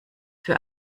für